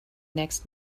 next